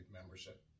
membership